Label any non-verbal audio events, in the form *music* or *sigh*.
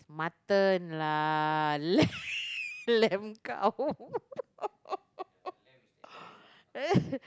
it's mutton lah lamb lamb kau *laughs*